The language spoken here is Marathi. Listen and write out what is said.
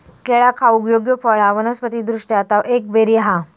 केळा खाऊक योग्य फळ हा वनस्पति दृष्ट्या ता एक बेरी हा